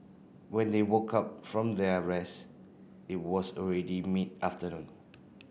when they woke up from their rest it was already mid afternoon